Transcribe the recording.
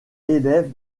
élève